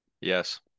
Yes